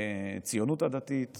מהציונות הדתית